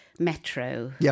Metro